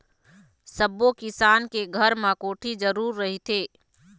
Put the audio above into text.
सब्बो किसान के घर म कोठी जरूर रहिथे